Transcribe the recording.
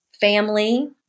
family